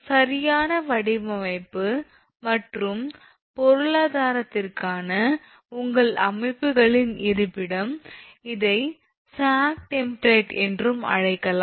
சரியான வடிவமைப்பு மற்றும் பொருளாதாரத்திற்கான உங்கள் அமைப்புகளின் இருப்பிடம் இதை சாக் டெம்ப்ளேட் என்றும் அழைக்கலாம்